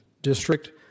District